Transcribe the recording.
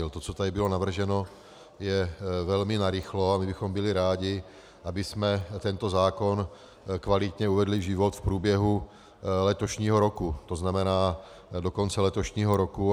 To, co tady bylo navrženo, je velmi narychlo a my bychom byli rádi, abychom tento zákon kvalitně uvedli v život v průběhu letošního roku, to znamená do konce letošního roku.